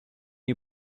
you